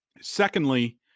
Secondly